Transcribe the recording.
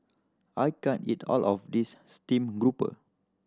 I can't eat all of this steamed grouper